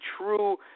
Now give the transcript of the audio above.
true